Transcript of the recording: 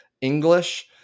English